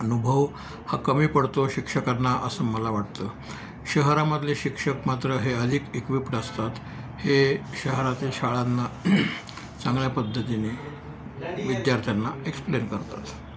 अनुभव हा कमी पडतो शिक्षकांना असं मला वाटतं शहरामधले शिक्षक मात्र हे अलिक इक्विप्ड असतात हे शहरातील शाळांना चांगल्या पद्धतीने विद्यार्थ्यांना एक्सप्लेन करतात